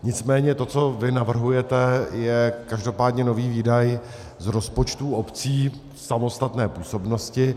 Nicméně to, co vy navrhujete, je každopádně nový výdaj z rozpočtů obcí v samostatné působnosti.